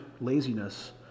laziness